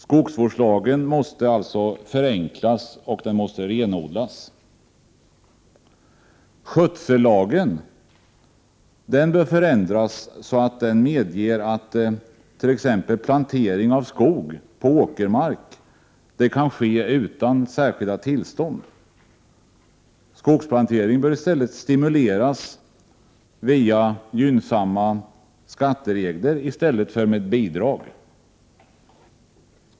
Skogsvårdslagen måste således förenklas och renodlas. Skötsellagen bör förändras så att den medger att plantering av skog på åkermark kan ske utan särskilt tillstånd. Skogsplantering bör stimuleras via gynnsamma skatteregler i stället för med bidrag.